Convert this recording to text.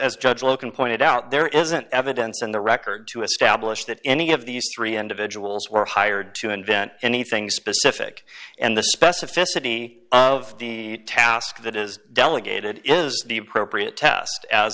as judge logan pointed out there isn't evidence in the record to establish that any of these three individuals were hired to invent anything specific and the specificity of the task that is delegated is the appropriate test a